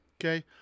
Okay